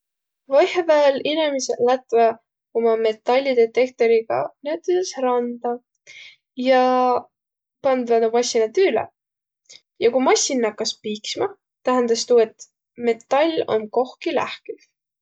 Vaihõpääl inemiseq lätväq uma metakllidetektoriga näütüses randa ja pandvaq tuu massina tüüle. Ja ku massin nakkas piiksma, tähendäs tuu, et metall om kohki lähküh.